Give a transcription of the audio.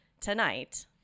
tonight